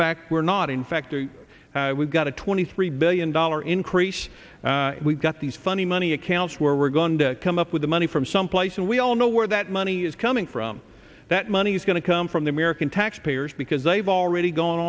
fact we're not in fact we've got a twenty three billion dollar increase we've got these funny money accounts where we're going to come up with the money from some place and we all know where that money is coming from that money is going to come from the american taxpayers because they've already gone